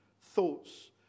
thoughts